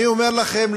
אני אומר לכם,